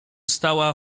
stała